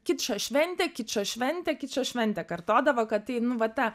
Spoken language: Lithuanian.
kičo šventė kičo šventė kičo šventė kartodavo kad tai nu va ta